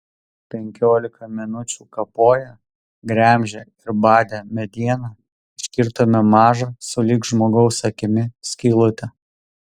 penkiolika minučių kapoję gremžę ir badę medieną iškirtome mažą sulig žmogaus akimi skylutę